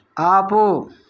ఆపు